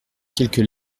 quelques